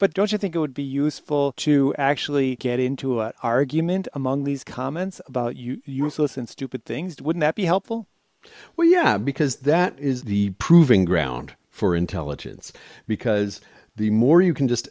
but don't you think it would be useful to actually get into an argument among these comments about you useless and stupid things would that be helpful well yeah because that is the proving ground for intelligence because the more you can just